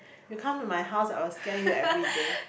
you come to my house I will scare you everyday